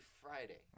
Friday